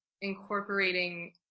incorporating